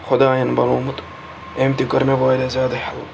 خۄدایَن بَنومُت أمۍ تہِ کٔر مےٚ وارِیاہ زیادٕ ہٮ۪لٕپ